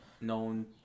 known